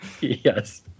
yes